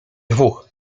dwóch